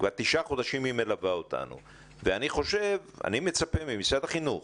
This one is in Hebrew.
כבר תשעה חודשים היא מלווה אותנו ואני מצפה ממשרד החינוך